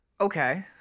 Okay